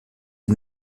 est